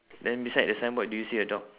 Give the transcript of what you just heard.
then beside the signboard do you see a dog